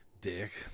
dick